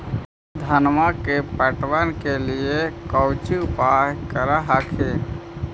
धनमा के पटबन के लिये कौची उपाय कर हखिन?